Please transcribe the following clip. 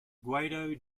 guido